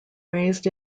raised